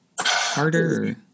harder